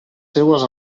seues